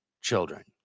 children